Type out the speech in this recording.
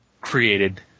created